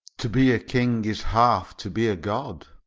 to be a king is half to be a god.